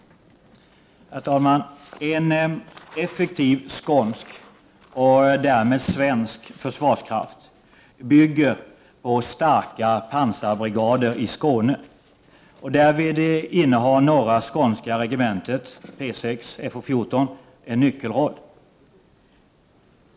Herr talman! En effektiv skånsk och därmed svensk försvarskraft bygger på starka pansarbrigader i Skåne. Därvid innehar Norra skånska regementet, P6/FO 14, en nyckelroll.